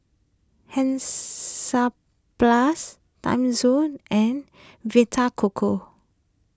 Hansaplast Timezone and Vita Coco